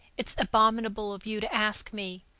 it's abominable of you to ask me.